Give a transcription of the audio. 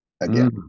again